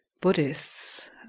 Buddhists